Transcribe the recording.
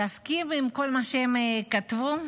להסכים עם כל מה שהם כתבו?